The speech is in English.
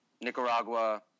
Nicaragua